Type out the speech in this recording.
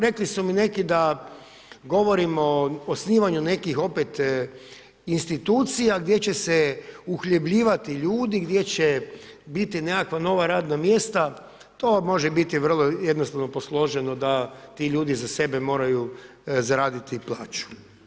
Rekli su mi neki da govorimo o osnivanju nekih opet institucija gdje će se uhljebljivati ljudi, gdje će biti nekakva nova radna mjesta, to može biti vrlo jednostavno posloženo da ti ljudi za sebe moraju zaraditi plaću.